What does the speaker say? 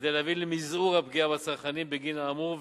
כדי להביא למזעור הפגיעה בצרכנים בגין האמור,